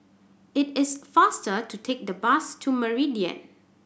it is faster to take the bus to Meridian